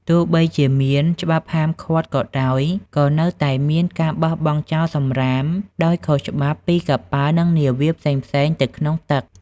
ទោះបីជាមានច្បាប់ហាមឃាត់ក៏ដោយ ក៏នៅតែមានការបោះបង់ចោលសំរាមដោយខុសច្បាប់ពីកប៉ាល់និងនាវាផ្សេងៗទៅក្នុងទឹក។